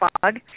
fog